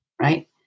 right